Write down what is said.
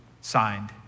signed